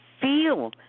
feel